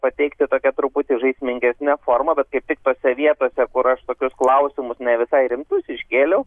pateikti tokia truputį žaismingesne forma bet kaip tose vietose kur aš tokius klausimus ne visai rimtus iškėliau